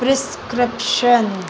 prescription